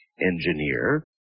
engineer